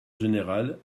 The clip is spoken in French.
général